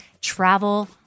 travel